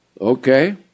okay